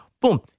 Boom